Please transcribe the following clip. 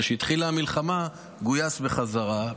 כשהתחילה המלחמה הוא גויס בחזרה,